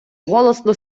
голосно